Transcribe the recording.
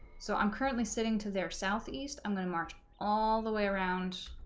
so i'm currently sitting to their southeast i'm going to march all the way around